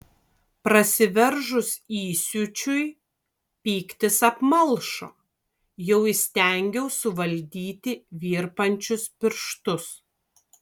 prasiveržus įsiūčiui pyktis apmalšo jau įstengiau suvaldyti virpančius pirštus